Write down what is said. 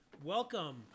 Welcome